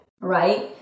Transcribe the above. right